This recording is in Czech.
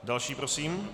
Další prosím.